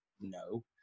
No